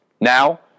Now